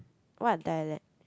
what dialect